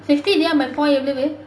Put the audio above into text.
sixty divide by four எவ்வளவு:evvalavu